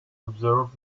observe